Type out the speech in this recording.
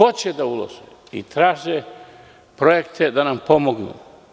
Oni hoće da ulože i traže projekte da nam pomognu.